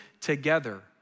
together